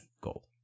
gold